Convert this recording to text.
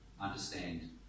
understand